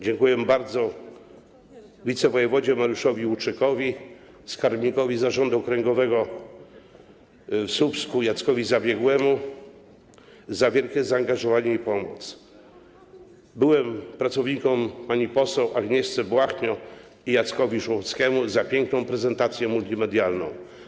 Dziękuję bardzo wicewojewodzie Mariuszowi Łuczykowi, skarbnikowi zarządu okręgowego w Słupsku Jackowi Zabiegłemu za wielkie zaangażowanie i pomoc, byłym pracownikom, pani poseł Agnieszce Błachnio i Jackowi Żukowskiemu za piękną prezentację multimedialną.